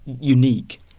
unique